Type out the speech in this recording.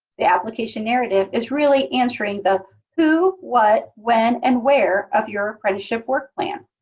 the application narrative is really answering the who, what, when, and where of your apprenticeship work plan.